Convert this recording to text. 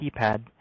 keypad